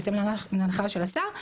בהתאם להנחיה של השר,